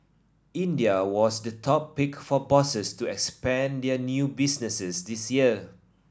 India was the top pick for bosses to expand their new businesses this year